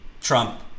Trump